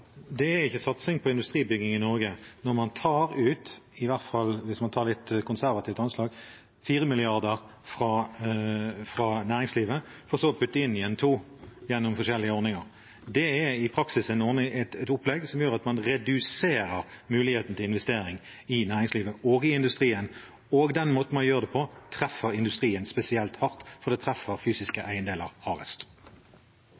Det er ikke satsing på industribygging i Norge når man tar ut – i hvert fall hvis man tar et litt konservativt anslag – 4 mrd. kr fra næringslivet, for så å putte inn igjen 2 gjennom forskjellige ordninger. Det er i praksis et opplegg som gjør at man reduserer muligheten til investering i næringslivet og i industrien. Og den måten man gjør det på, treffer industrien spesielt hardt, for det treffer fysiske